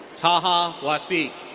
taha wasiq.